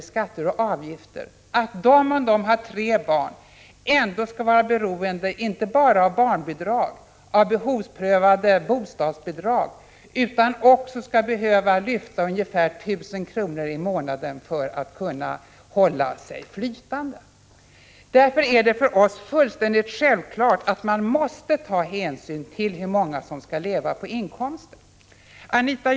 i skatter och avgifter, om familjen har tre barn ändå skall vara beroende av att utöver barnbidrag och behovsprövade bostadsbidrag lyfta ungefär 1 000 kr. i månaden för att kunna hålla sig flytande. Därför är det för oss fullständigt självklart att man måste ta hänsyn till hur många som skall leva på inkomsten.